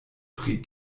pri